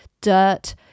dirt